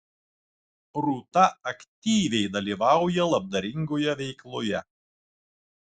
rūta aktyviai dalyvauja labdaringoje veikloje